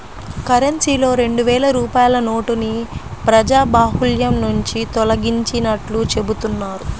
కరెన్సీలో రెండు వేల రూపాయల నోటుని ప్రజాబాహుల్యం నుంచి తొలగించినట్లు చెబుతున్నారు